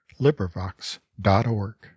LibriVox.org